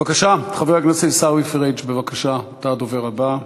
בבקשה, חבר הכנסת עיסאווי פריג', אתה הדובר הבא.